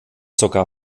sogar